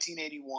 1981